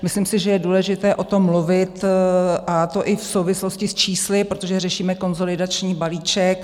Myslím si, že je důležité o tom mluvit, a to i v souvislosti s čísly, protože řešíme konsolidační balíček.